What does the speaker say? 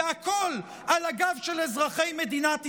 והכול על הגב של אזרחי מדינת ישראל.